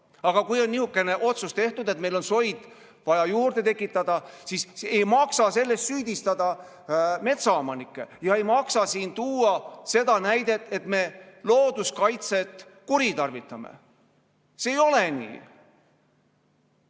Aga kui on niisugune otsus tehtud, et meil on soid vaja juurde tekitada, siis ei maksa selles süüdistada metsaomanikke ja ei maksa siin tuua seda näidet, et me looduskaitset kuritarvitame. See ei ole nii!